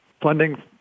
funding